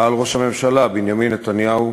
פעל ראש הממשלה בנימין נתניהו